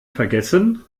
vergessen